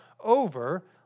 over